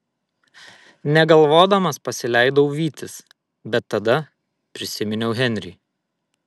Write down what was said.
negalvodamas pasileidau vytis bet tada prisiminiau henrį